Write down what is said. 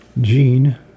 Gene